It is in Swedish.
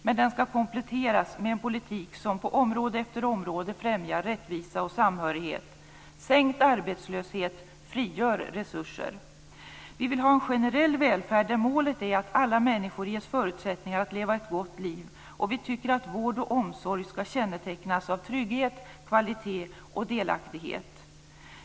Men den skall kompletteras med en politik som på område efter område främjar rättvisa och samhörighet. Sänkt arbetslöshet frigör resurser. Vi vill ha en generell välfärd, där målet är att alla människor ges förutsättningar att leva ett gott liv. Vi tycker att vård och omsorg skall kännetecknas av trygghet, kvalitet och delaktighet.